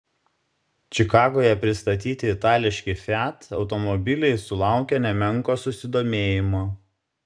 čikagoje pristatyti itališki fiat automobiliai sulaukė nemenko susidomėjimo